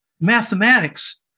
mathematics